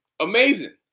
Amazing